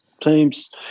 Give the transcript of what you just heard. teams